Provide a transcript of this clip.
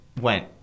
went